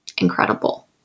incredible